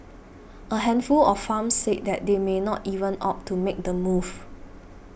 a handful of farms said they may not even opt to make the move